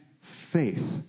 faith